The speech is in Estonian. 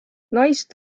naist